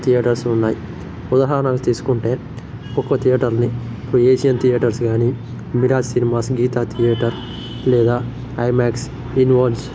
theatres ఉన్నాయి ఉదాహరణకు తీసుకుంటే ఒక్కో థియేటర్ని ఏషియన్ థియేటర్స్ గానీ మిరా సినిమాస్ గీతా థియేటర్ లేదా ఐమాక్స్ ఇన్నివోన్స్